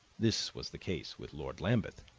this was the case with lord lambeth,